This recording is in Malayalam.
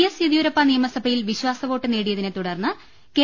എസ് യെദ്യൂര്യപ്പ നിയമസഭയിൽ വിശ്വാസ വോട്ട് നേടിയതിനെ തുടർന്ന് കെ